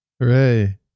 Hooray